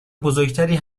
بزرگتری